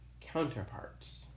counterparts